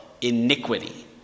iniquity